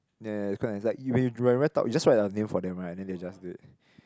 yeah you just write your name for them right then they'll just do it